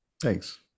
Thanks